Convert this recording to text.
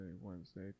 wednesday